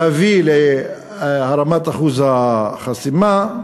להביא להרמת אחוז החסימה,